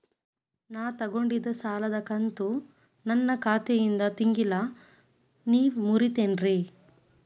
ನಾ ತೊಗೊಂಡಿದ್ದ ಸಾಲದ ಕಂತು ನನ್ನ ಖಾತೆಯಿಂದ ತಿಂಗಳಾ ನೇವ್ ಮುರೇತೇರೇನ್ರೇ?